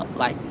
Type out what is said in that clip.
like,